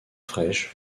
fraîche